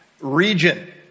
region